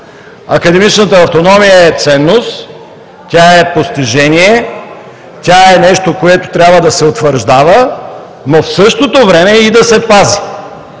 Академичната автономия е ценност, тя е постижение, тя е нещо, което трябва да се утвърждава, но в същото време и да се пази;